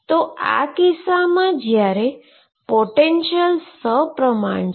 તો આ કિસ્સામાં જ્યારે પોટેંશીઅલ સપ્રમાણ છે